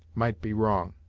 might be wrong.